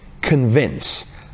convince